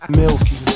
milky